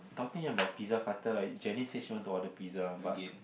talking about Pizza Hutter right Janice said she want to order pizza but